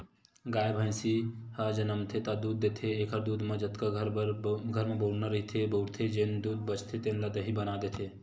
गाय, भइसी ह जमनथे त दूद देथे एखर दूद म जतका घर म बउरना रहिथे बउरथे, जेन दूद बाचथे तेन ल दही बना देथे